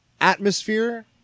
atmosphere